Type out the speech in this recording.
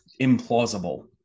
implausible